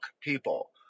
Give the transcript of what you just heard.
people